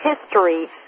history